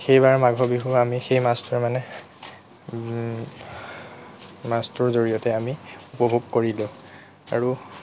সেইবাৰ মাঘৰ বিহু আমি সেই মাছটোৰে মানে মাছটোৰ জৰিয়তে আমি উপভোগ কৰিলোঁ আৰু